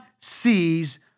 sees